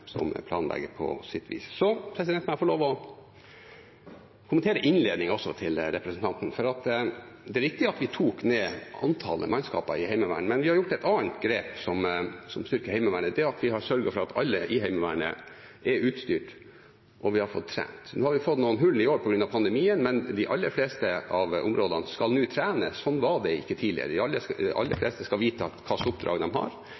planlegger på sitt vis. Så må jeg få lov å kommentere innledningen til representanten. Det er riktig at vi tok ned antallet mannskaper i Heimevernet, men vi har gjort et annet grep som styrker Heimevernet. Det er at vi har sørget for at alle i Heimevernet er utstyrt, og vi har fått trent. Vi har fått noen hull i år på grunn av pandemien, men de aller fleste av områdene skal nå trene. Sånn var det ikke tidligere. De aller fleste skal vite hva slags oppdrag de har, og de skal være utstyrt for å utføre det oppdraget. Det har